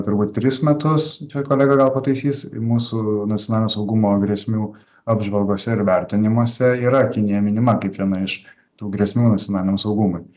turbūt tris metus čia kolega gal pataisys mūsų nacionalinio saugumo grėsmių apžvalgose ir vertinimuose yra kinija minima kaip viena iš tų grėsmių nacionaliniam saugumui